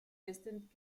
distant